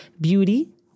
beauty